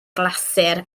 glasur